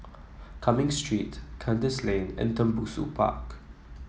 Cumming Street Kandis Lane and Tembusu Park